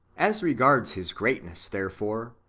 as regards his greatness, therefore,